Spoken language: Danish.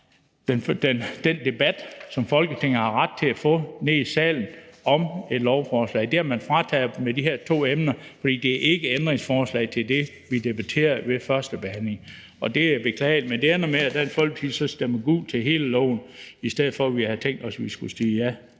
den debat, som Folketinget har ret til at få i salen om et lovforslag. Det har man frataget os med de her to emner, for det er ikke ændringsforslag til det, vi debatterede ved førstebehandlingen. Og det er beklageligt. Men det ender med, at Dansk Folkeparti så stemmer gult til hele lovforslaget i stedet for, som vi havde tænkt os, at sige ja